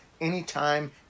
Anytime